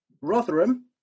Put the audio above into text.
Rotherham